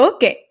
Okay